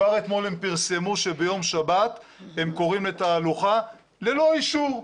כבר אתמול הם פרסמו שביום שבת הם קוראים לתהלוכה ללא אישור,